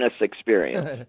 experience